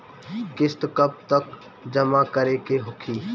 किस्त कब तक जमा करें के होखी?